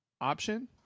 option